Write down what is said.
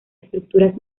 estructuras